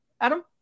Adam